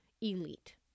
elite